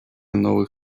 новых